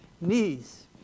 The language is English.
knees